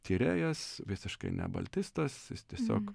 tyrėjas visiškai ne baltistas jis tiesiog